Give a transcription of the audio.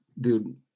dude